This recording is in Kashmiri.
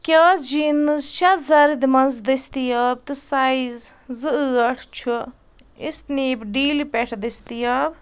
کیٛاہ حظ جیٖنٕز چھا زرٕد منٛز دستیاب تہٕ سائز زٕ ٲٹھ چھُ اِسنیپ ڈیلہِ پؠٹھ دستیاب